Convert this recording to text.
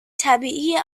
طبیعی